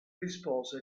rispose